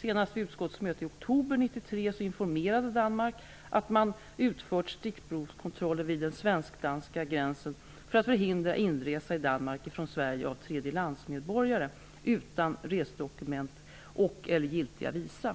Senast vid utskottets möte i oktober 1993 informerade Danmark att man utfört stickprovskontroller vid den svensk-danska gränsen för att förhindra inresa i Danmark från Sverige av tredjelandsmedborgare utan resedokument och/eller giltiga visa.